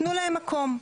תנו להם מקום,